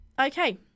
Okay